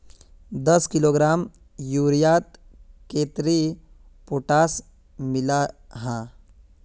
दस किलोग्राम यूरियात कतेरी पोटास मिला हाँ?